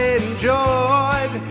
enjoyed